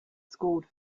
scored